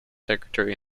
secretary